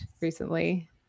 recently